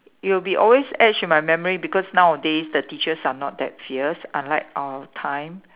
it will be always etched in my memory because nowadays the teachers are not that fierce unlike our time